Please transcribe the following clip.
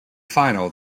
final